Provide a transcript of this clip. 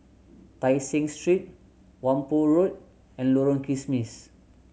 Tai Seng Street Whampoa Road and Lorong Kismis